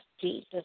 Jesus